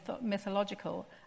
mythological